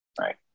Right